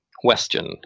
question